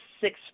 six